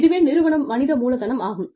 இதுவே நிறுவன மனித மூலதனம் ஆகும்